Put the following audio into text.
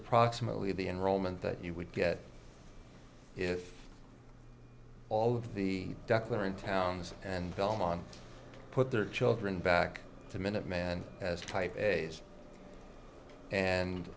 approximately the enrollment that you would get if all of the duckling towns and belmont put their children back to minuteman as type and